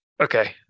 Okay